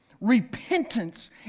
Repentance